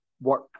work